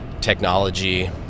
technology